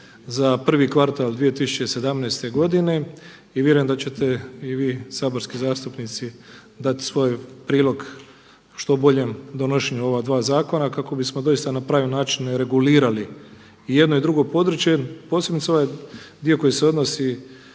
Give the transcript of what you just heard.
za prvi kvartal 2017. godine i vjerujem da ćete i vi saborski zastupnici dati svoj prilog što boljem donošenju ova dva zakona kako bismo doista na prave načine regulirali i jedno i drugo područje. Posebno mi se ovaj dio koji se odnosi